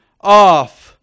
off